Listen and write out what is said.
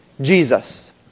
Jesus